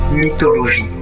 Mythologie